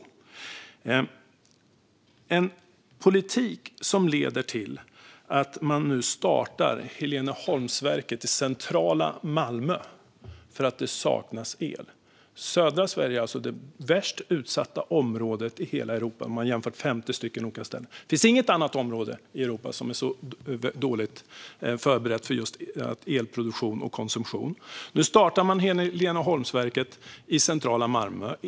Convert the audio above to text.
Det har förts en politik som leder till att man nu startar Heleneholmsverket i centrala Malmö för att det saknas el. Södra Sverige är alltså det värst utsatta området i hela Europa vid en jämförelse med 50 olika ställen. Det finns inget annat område i Europa som är så dåligt förberett för just elproduktion och elkonsumtion. Nu startar man Heleneholmsverket i centrala Malmö.